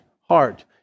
heart